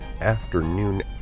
afternoon